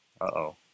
Uh-oh